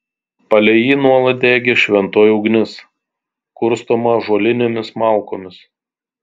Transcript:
palei jį nuolat degė šventoji ugnis kurstoma ąžuolinėmis malkomis